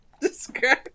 describe